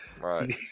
right